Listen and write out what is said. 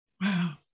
Wow